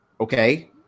Okay